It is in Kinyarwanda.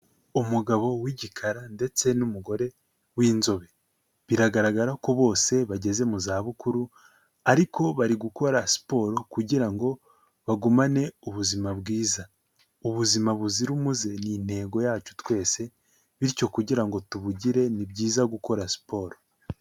Umugabo w'igikara ndetse n'umugore w'inzobe. Biragaragara ko bose bageze mu za bukuru, ariko bari gukora siporo kugira ngo bagumane ubuzima bwiza. Ubuzima buzira umuze n'intego yacu twese, bityo kugirango tubugire, ni byiza gukora siporo.